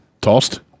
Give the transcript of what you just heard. Tossed